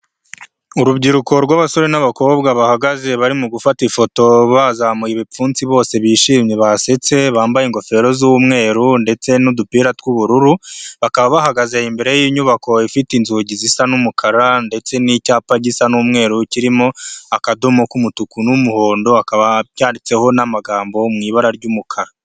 Urubyiruko rw'abasore n'abakobwa bahagaze barimo gufata ifoto bazamuye ibipfunsi bose bishimye basetse bambaye ingofero z'umweru ndetse n'udupira tw'ubururu, bakaba bahagaze imbere y'inyubako ifite inzugi zisa n'umukara ndetse n'icyapa gisa n'umweru kirimo akadomo k'umutuku n'umuhondoba yanyanditseho n'amagambo mu ibara ry'umukara.